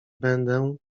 będę